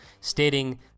stating